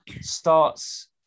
starts